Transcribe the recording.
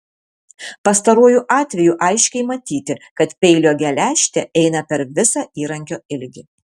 pastaruoju atveju aiškiai matyti kad peilio geležtė eina per visą įrankio ilgį